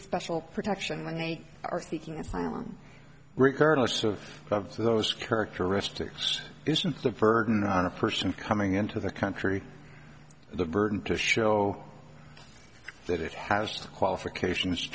special protection when they are seeking asylum regardless of above so those characteristics isn't the verdun on a person coming into the country the burden to show that it has qualifications